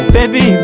Baby